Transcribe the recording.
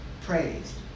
praised